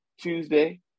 Tuesday